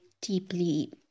deeply